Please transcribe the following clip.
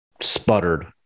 sputtered